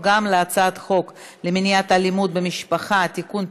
אנחנו עוברים להצעת חוק למניעת אלימות במשפחה (תיקון,